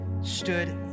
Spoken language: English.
stood